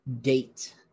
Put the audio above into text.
date